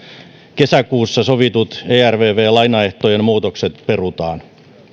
kesäkuussa sovitut ervv lainaehtojen muutokset perutaan